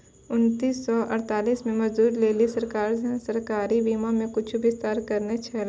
उन्नीस सौ अड़तालीस मे मजदूरो लेली सरकारें राष्ट्रीय बीमा मे कुछु विस्तार करने छलै